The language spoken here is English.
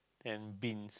and beans